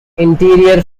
interior